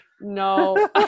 no